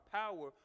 power